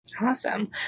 Awesome